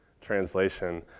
translation